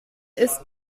ist